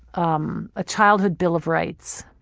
um a childhood bill of rights.